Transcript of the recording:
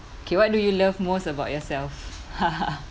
K what do you love most about yourself